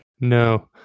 No